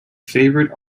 favourite